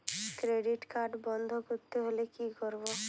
Credit card বন্ধ করতে হলে কি করব?